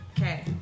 Okay